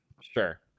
Sure